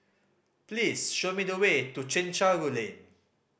please show me the way to Chencharu Lane